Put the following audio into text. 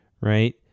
right